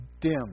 dim